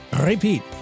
repeat